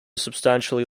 substantially